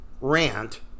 rant